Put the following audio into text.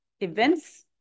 events